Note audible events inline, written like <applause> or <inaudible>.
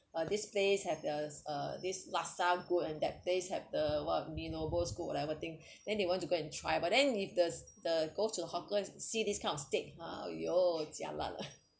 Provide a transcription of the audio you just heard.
uh this place have a a this laksa good and that place have the what mee good whatever thing then they want to go and try but then if the the go to the hawker and see these kind of state hor jialat lah <laughs>